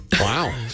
Wow